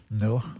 No